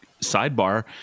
sidebar